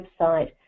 website